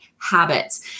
habits